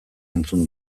entzun